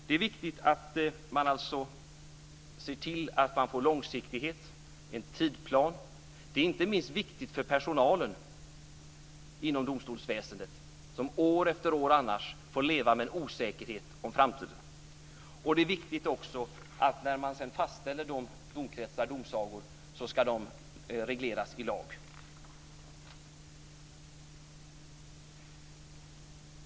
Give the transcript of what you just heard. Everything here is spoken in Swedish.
Det är alltså viktigt att se till att få långsiktighet, en tidsplan. Det är inte minst viktigt för personalen inom domstolsväsendet, som annars år efter år får leva med osäkerhet om framtiden. Det är också viktigt när man sedan fastställer domkretsar, domsagor, att de ska regleras i lag.